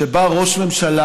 שבה ראש ממשלה